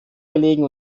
gelegen